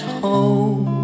home